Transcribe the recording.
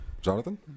Jonathan